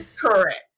Correct